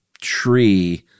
tree –